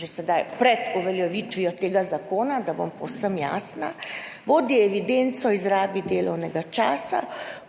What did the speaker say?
že sedaj, pred uveljavitvijo tega zakona, da bom povsem jasna, vodi se evidenca, v